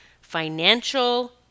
financial